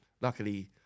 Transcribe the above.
luckily